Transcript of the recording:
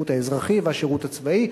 השירות האזרחי והשירות הצבאי,